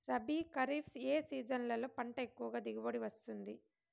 రబీ, ఖరీఫ్ ఏ సీజన్లలో పంట ఎక్కువగా దిగుబడి వస్తుంది